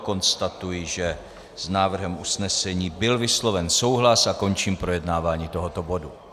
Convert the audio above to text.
Konstatuji, že s návrhem usnesení byl vysloven souhlas, a končím projednávání tohoto bodu.